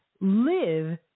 live